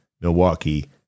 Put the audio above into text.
Milwaukee